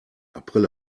april